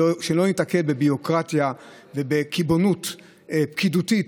שלא ניתקל בביורוקרטיה ובקיבעון פקידותי